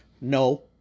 No